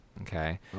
Okay